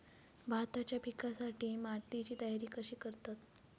भाताच्या पिकासाठी मातीची तयारी कशी करतत?